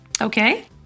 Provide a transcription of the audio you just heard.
Okay